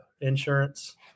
Insurance